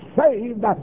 saved